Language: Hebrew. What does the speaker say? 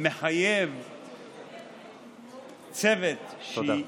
מחייב צוות, תודה.